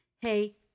hey